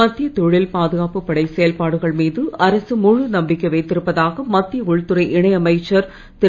மத்திய தொழில் பாதுகாப்புப் படை செயல்பாடுகள் மீது அரசு முழு நம்பிக்கை வைத்திருப்பதாக மத்திய உள்துறை இணை அமைச்சர் திரு